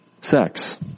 sex